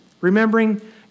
remembering